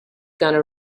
gonna